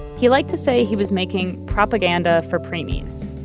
he liked to say he was making propaganda for preemies.